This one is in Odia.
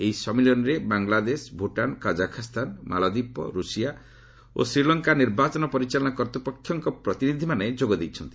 ଏହି ସମ୍ମିଳନୀରେ ବାଂଲାଦେଶ ଭୁଟାନ୍ କାଜାଖ୍ସ୍ଥାନ ମାଳଦ୍ୱୀପ ରୁଷିଆ ଓ ଶ୍ରୀଲଙ୍କା ନିର୍ବାଚନ ପରିଚାଳନା କର୍ତ୍ତୃପକ୍ଷଙ୍କ ପ୍ରତିନିଧିମାନେ ଯୋଗ ଦେଇଛନ୍ତି